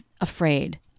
afraid